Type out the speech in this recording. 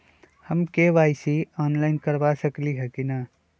हम KYC online करवा सकली ह कि न?